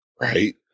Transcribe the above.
Right